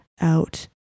out